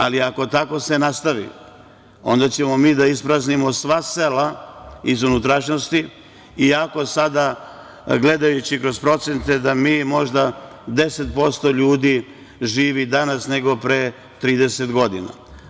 Ako se tako nastavi, onda ćemo mi da ispraznimo sva sela iz unutrašnjosti iako sada gledajući kroz procente da možda 10% ljudi živi danas nego pre 30 godina.